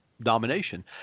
Domination